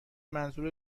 منظور